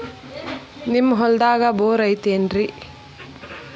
ನಿಮ್ಮ ಹೊಲ್ದಾಗ ಬೋರ್ ಐತೇನ್ರಿ?